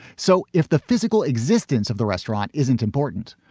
so if the physical existence of the restaurant isn't important,